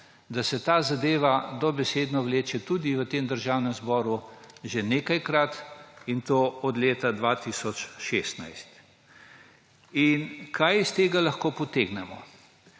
da se ta zadeva dobesedno vleče tudi v Državnem zboru že nekaj let, in to od leta 2016. Kaj iz tega lahko potegnemo?